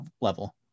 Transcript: level